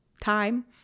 time